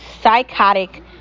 psychotic